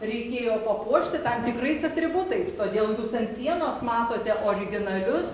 reikėjo papuošti tam tikrais atributais todėl jūs ant sienos matote originalius